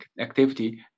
activity